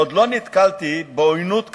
עוד לא נתקלתי בעוינות כזו.